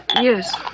Yes